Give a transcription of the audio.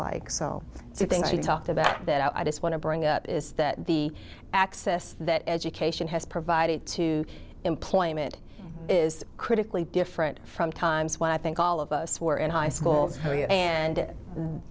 like so you think you talked about that i just want to bring up is that the access that education has provided to employment is critically different from times when i think all of us were in high schools and